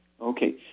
Okay